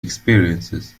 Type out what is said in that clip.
experiences